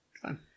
Fine